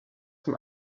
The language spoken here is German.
zum